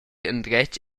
endretg